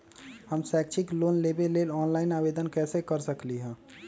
हम शैक्षिक लोन लेबे लेल ऑनलाइन आवेदन कैसे कर सकली ह?